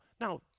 Now